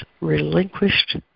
relinquished